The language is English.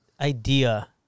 idea